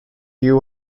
you